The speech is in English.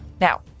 Now